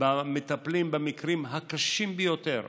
מטפלים במקרים הקשים ביותר,